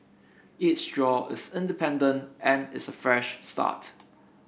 each draw is independent and is a fresh start